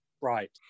right